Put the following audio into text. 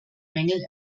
mängel